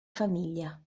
famiglia